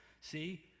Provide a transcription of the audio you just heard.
See